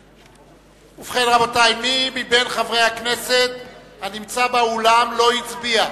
רבותי, מי מחברי הכנסת הנמצא באולם לא הצביע?